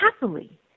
happily